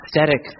aesthetic